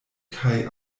kaj